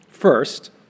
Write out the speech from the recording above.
First